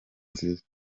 nziza